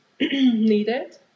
needed